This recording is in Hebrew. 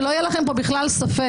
שלא יהיה לכם בכלל ספק.